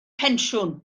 pensiwn